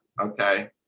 okay